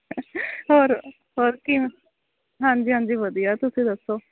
ਹੋਰ ਹੋਰ ਕੀ ਹਾਂਜੀ ਹਾਂਜੀ ਵਧੀਆ ਤੁਸੀਂ ਦੱਸੋ